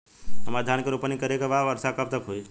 हमरा धान के रोपनी करे के बा वर्षा कब तक होई?